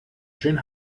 schön